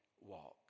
walk